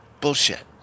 bullshit